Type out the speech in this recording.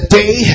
day